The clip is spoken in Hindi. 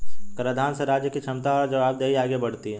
कराधान से राज्य की क्षमता और जवाबदेही आगे बढ़ती है